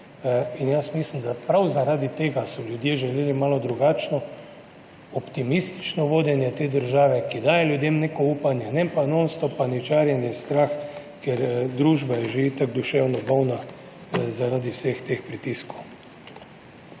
in jaz mislim, da prav zaradi tega so ljudje želeli malo drugačno, optimistično vodenje te države, ki daje ljudem neko upanje, ne non stop paničarjenje, strah, ker družba je že itak duševno bolna zaradi vseh teh pritiskov.